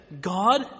God